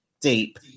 deep